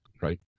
right